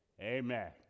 amen